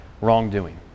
wrongdoing